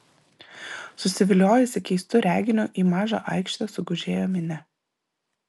susiviliojusi keistu reginiu į mažą aikštę sugužėjo minia